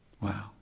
Wow